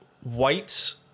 white